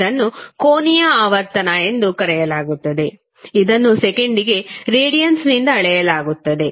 ಇದನ್ನು ಕೋನೀಯ ಆವರ್ತನ ಎಂದು ಕರೆಯಲಾಗುತ್ತದೆ ಇದನ್ನು ಸೆಕೆಂಡಿಗೆ ರೇಡಿಯನ್ಸ್ ನಿಂದ ಅಳೆಯಲಾಗುತ್ತದೆ